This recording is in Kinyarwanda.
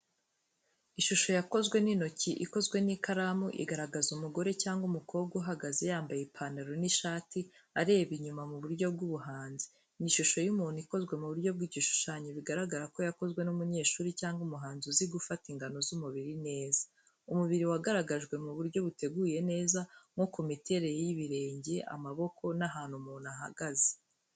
Ishusho yakozwe n’intoki, ikozwe n’ikaramu, igaragaza umugore cyangwa umukobwa uhagaze, yambaye ipantaro n'ishati, areba inyuma mu buryo bw'ubuhanzi. Ni ishusho y'umuntu, ikozwe mu buryo bw’igishushanyo, bigaragara ko yakozwe n’umunyeshuri, cyangwa umuhanzi uzi gufata ingano z’umubiri neza. Umubiri wagaragajwe mu buryo buteguye neza, nko ku miterere y’ibirenge, amaboko, n’aho umuntu ahagaze.